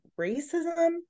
racism